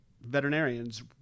veterinarians